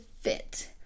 fit